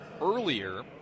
earlier